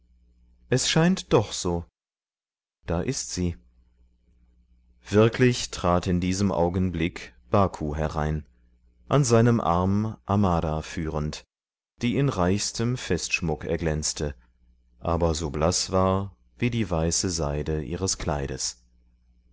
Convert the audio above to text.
es scheint doch so da ist sie wirklich trat in diesem augenblick baku herein an seinem arm amara führend die in reichstem festschmuck erglänzte aber so blaß war wie die weiße seide ihres kleides